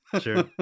sure